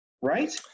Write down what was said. right